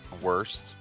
worst